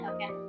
Okay